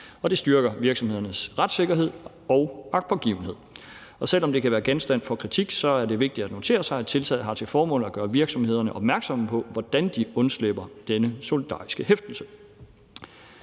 det styrker virksomhedernes retssikkerhed og agtpågivenhed. Og selv om det kan være genstand for kritik, er det vigtigt at notere sig, at tiltaget har til formål at gøre virksomhederne opmærksomme på, hvordan de undslipper denne solidariske hæftelse.